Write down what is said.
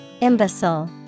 Imbecile